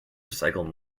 recycle